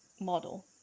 model